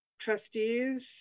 trustees